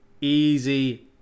Easy